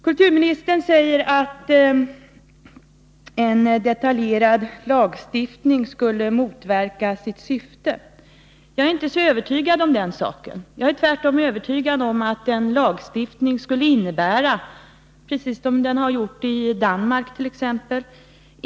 Kulturministern säger att en detaljerad lagstiftning skulle motverka sitt syfte. Jag är inte övertygad om det. Jag är tvärtom övertygad om att en lagstiftning skulle innebära — precis som den gjort it.ex.